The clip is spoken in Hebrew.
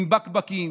עם "בקבקים"